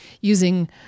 using